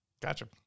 Gotcha